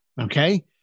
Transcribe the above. Okay